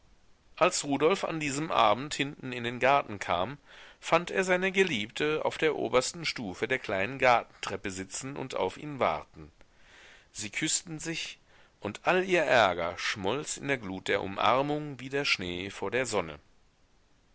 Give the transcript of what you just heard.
als rudolf an diesem abend hinten in den garten kam fand er seine geliebte auf der obersten stufe der kleinen gartentreppe sitzen und auf ihn warten sie küßten sich und all ihr ärger schmolz in der glut der umarmung wie der schnee vor der sonne